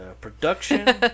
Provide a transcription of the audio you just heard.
production